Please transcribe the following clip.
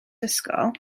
ysgol